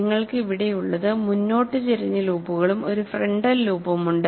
നിങ്ങൾക്ക് ഇവിടെയുള്ളത് മുന്നോട്ട് ചെരിഞ്ഞ ലൂപ്പുകളും ഒരു ഫ്രണ്ടൽ ലൂപ്പും ഉണ്ട്